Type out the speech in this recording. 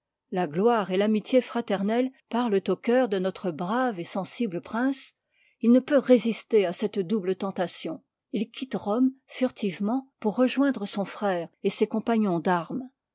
la gloire et l'amitié fraternelle parlent au cœur de notre brave et sensible prince il ne peut re'sister à cette y double tentation il quitte rome furtivement pour rejoindre son frère et ses compagnons d'armes